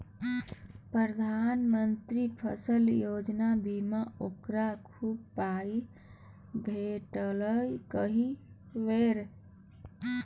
प्रधानमंत्री फसल बीमा योजनासँ ओकरा खूब पाय भेटलै एहि बेर